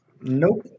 Nope